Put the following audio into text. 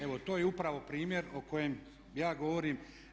Evo to je upravo primjer o kojem ja govorim.